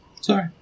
sorry